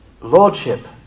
lordship